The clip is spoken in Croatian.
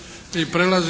Hvala